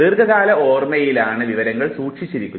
ദീർഘകാല ഓർമ്മയിലാണ് വിവരങ്ങൾ സൂക്ഷിച്ചിരിക്കുന്നത്